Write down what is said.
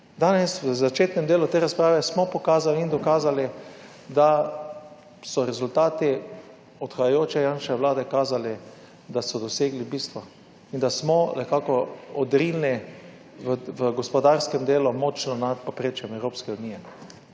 Danes v začetnem delu te razprave smo pokazali in dokazali, da so rezultati odhajajoče Janševe vlade kazali, da so dosegli bistvo in da smo nekako odrinili v gospodarskem delu močno nad povprečjem Evropske unije.